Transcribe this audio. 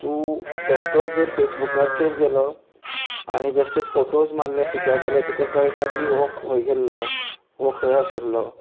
तूं बेश्टोच जर फेसबुकाचेर गेलो आनी बेश्टेच फोटोज मारल्यार सुद्दां जाल्यार तुका कळटा की हो खंय गेल्लो हो खंय आशिल्लो